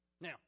Now